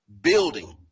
building